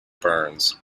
burns